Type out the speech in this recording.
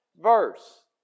verse